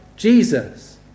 Jesus